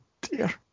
dear